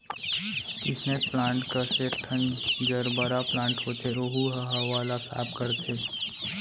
snake plant कस एकठन gerbera plant होथे ओहू ह हवा ल साफ करथे